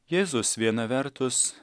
jėzus viena vertus